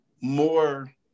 more